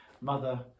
mother